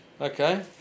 Okay